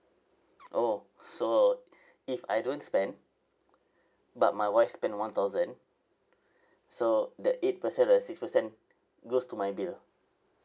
oh so if I don't spend but my wife spend one thousand so the eight percent or the six percent goes to my bill